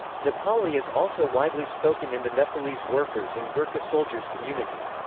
nepali is also widely spoken in the nepalese workers and gurkha soldiers community.